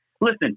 listen